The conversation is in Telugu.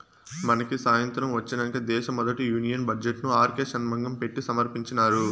మనకి సాతంత్రం ఒచ్చినంక దేశ మొదటి యూనియన్ బడ్జెట్ ను ఆర్కే షన్మగం పెట్టి సమర్పించినారు